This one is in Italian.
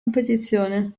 competizione